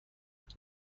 جعبه